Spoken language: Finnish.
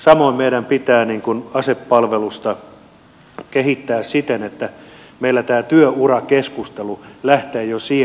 samoin meidän pitää asepalvelusta kehittää siten että meillä tämä työurakeskustelu lähtee jo sieltä